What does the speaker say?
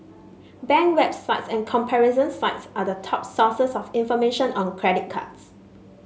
bank websites and comparison sites are the top sources of information on credit cards